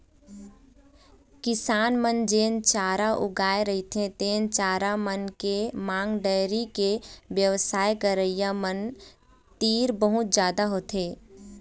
किसान मन जेन चारा उगाए रहिथे तेन चारा मन के मांग डेयरी के बेवसाय करइया मन तीर बहुत जादा होथे